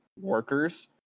workers